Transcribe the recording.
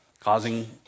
causing